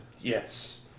Yes